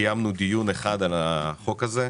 קיימנו דיון אחד על החוק הזה.